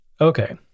Okay